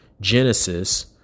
Genesis